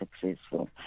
successful